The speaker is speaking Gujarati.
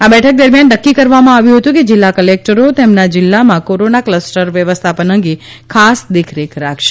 આ બેઠક દરમિયાન નકકી કરવામાં આવ્યું હતું કે જીલ્લા કલેકટરો તેમના જીલ્લામાં કોરોના કલસ્ટર વ્યવસ્થાપન અંગે ખાસ દેખરેખ રાખશે